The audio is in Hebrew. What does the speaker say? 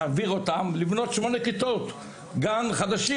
להעביר אותם ולבנות שמונה כיתות גן חדשים,